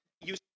use